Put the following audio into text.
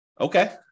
Okay